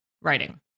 writing